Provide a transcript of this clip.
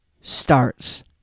starts